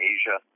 Asia